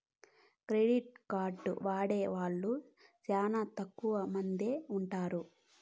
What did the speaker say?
credit card వాడే వాళ్ళు శ్యానా తక్కువ మందే ఉంటారు